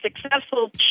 Successful